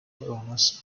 owners